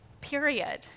period